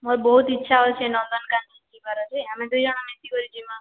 ମୋର୍ ବହୁତ୍ ଇଚ୍ଛା ଅଛେ ନନ୍ଦନକାନନ୍ ଯିବାର୍ ଯେ ଆମେ ଦୁଇଜଣ ମିଶିକରି ଯିମା